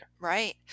Right